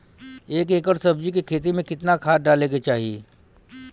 एक एकड़ सब्जी के खेती में कितना खाद डाले के चाही?